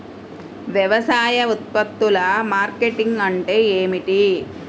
వ్యవసాయ ఉత్పత్తుల మార్కెటింగ్ అంటే ఏమిటి?